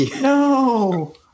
No